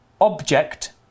object